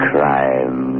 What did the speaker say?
Crime